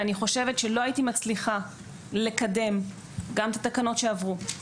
ואני חושבת שלא הייתי מצליחה לקדם גם את התקנות שעברו,